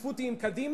השותפות היא עם קדימה,